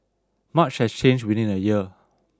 much has changed within a year